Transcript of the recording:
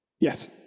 Yes